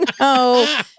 No